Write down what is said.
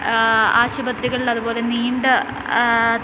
ആശുപത്രികൾ അതുപോലെ നീണ്ട